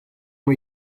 ont